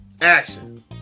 action